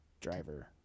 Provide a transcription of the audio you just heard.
driver